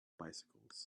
bicycles